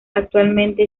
actualmente